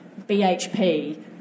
BHP